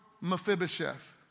Mephibosheth